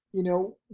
you know,